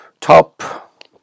top